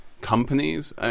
companies